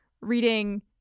reading